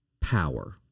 power